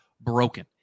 broken